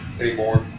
anymore